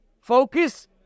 focus